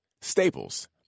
Staples